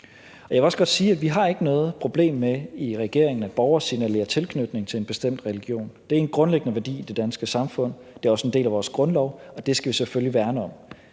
Jeg vil også godt sige, at vi i regeringen ikke har noget problem med, at borgere signalerer tilknytning til en bestemt religion. Det er en grundlæggende værdi i det danske samfund, og det er også en del af vores grundlov, og det skal vi selvfølgelig værne om.